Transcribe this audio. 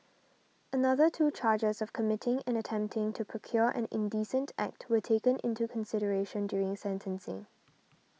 another two charges of committing and attempting to procure an indecent act were taken into consideration during sentencing